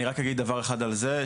אני רק אגיד דבר אחד על זה,